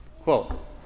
Quote